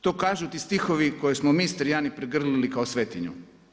To kažu ti stihovi koje smo mi Istrijani prigrlili kao svetinju.